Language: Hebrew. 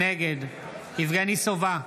נגד יבגני סובה,